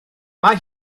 mae